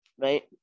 right